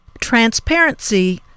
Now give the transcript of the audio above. transparency